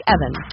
Evan